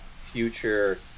future